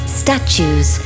statues